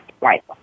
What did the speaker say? Right